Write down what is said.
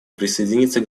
присоединиться